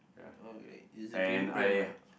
okay it's a green pram right